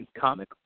comic